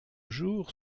jours